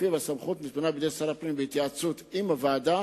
שלפיו הסמכות נתונה בידי שר הפנים בהתייעצות עם הוועדה,